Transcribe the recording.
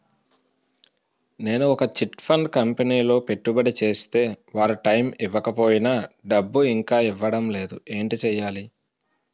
నేను ఒక chit fund కంపెనీలో పెట్టుబడి చేస్తే వారు టైమ్ ఇవ్వకపోయినా డబ్బు ఇంకా ఇవ్వడం లేదు ఏంటి చేయాలి?